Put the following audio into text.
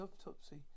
autopsy